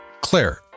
Claire